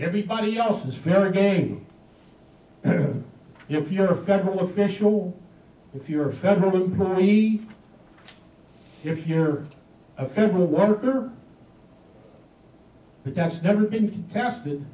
everybody else is very game if you're a federal official if you're a federal employee if you're a federal worker but that's never been contested